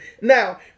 Now